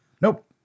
Nope